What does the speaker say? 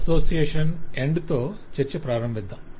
association ఎండ్ తో చర్చ ప్రారంభించాం